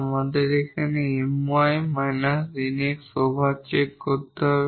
আমাদের এই 𝑀𝑦 𝑁𝑥 over check করতে হবে